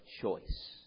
choice